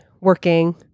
working